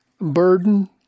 burden